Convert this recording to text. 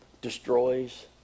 destroys